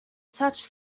such